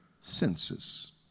senses